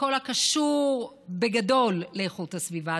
בכל הקשור בגדול לאיכות הסביבה.